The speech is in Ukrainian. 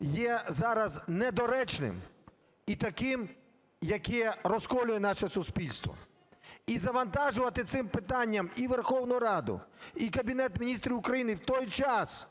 є зараз недоречним і таким, яке розколює наше суспільство. І завантажувати цим питанням і Верховну Раду, і Кабінет Міністрів України в той час,